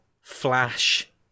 Flash